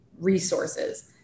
resources